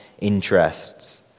interests